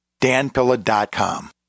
danpilla.com